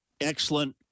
excellent